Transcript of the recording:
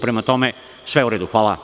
Prema tome, sve je u redu.